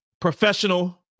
professional